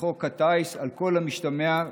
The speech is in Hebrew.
לחוק הטיס, על כל המשתמע מכך,